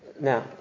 Now